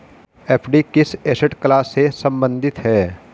FD किस asset class से संबंधित है?